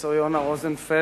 פרופסור יונה רוזנפלד,